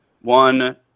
One